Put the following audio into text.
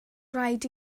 rhaid